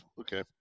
okay